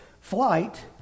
flight